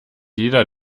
jeder